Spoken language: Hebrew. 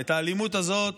ואת האלימות הזאת